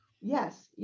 Yes